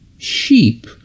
Sheep